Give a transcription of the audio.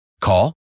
Call